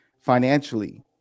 financially